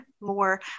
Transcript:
more